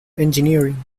engineering